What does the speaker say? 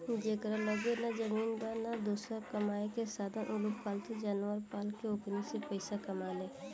जेकरा लगे ना जमीन बा, ना दोसर कामायेके साधन उलोग पालतू जानवर पाल के ओकनी से पईसा कमाले